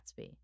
Gatsby